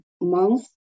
month